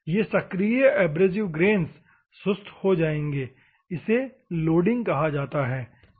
ये सक्रिय abrasive grains सुस्त हो जाएंगे इसे लोडिंग कहा जाता है ठीक है